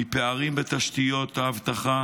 מפערים בתשתיות האבטחה